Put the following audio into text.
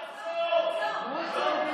עצור, עצור.